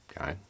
Okay